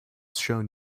shown